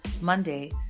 Monday